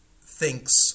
thinks